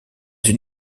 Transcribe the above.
une